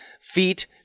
feet